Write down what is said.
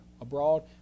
abroad